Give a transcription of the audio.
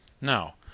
now